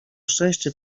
szczęście